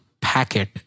packet